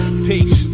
Peace